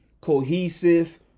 cohesive